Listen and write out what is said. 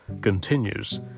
continues